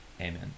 Amen